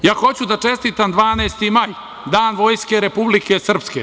S tim u vezi, hoću da čestitam 12. maj Dan Vojske Republike Srpske.